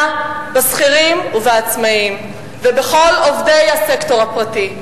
בשכירים ובעצמאים ובכל עובדי הסקטור הפרטי.